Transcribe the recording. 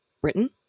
Britain